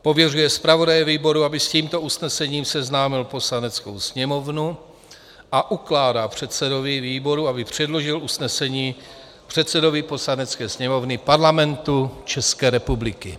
Pověřuje zpravodaje výboru, aby s tímto usnesením seznámil Poslaneckou sněmovnu, a ukládá předsedovi výboru, aby předložil usnesení předsedovi Poslanecké sněmovny Parlamentu České republiky.